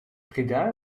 breda